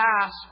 ask